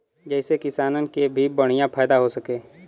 जेसे किसानन के भी बढ़िया फायदा हो सके